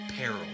Peril